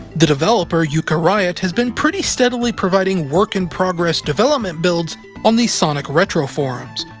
the developer, eukaryot, has been pretty steadily providing work-in-progress development builds on the sonic retro forums,